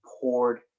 poured